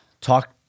Talk